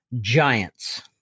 Giants